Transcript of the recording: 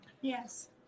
Yes